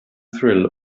thrill